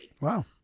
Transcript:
wow